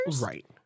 Right